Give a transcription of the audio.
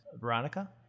Veronica